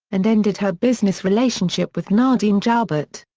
and ended her business relationship with nadine joubert.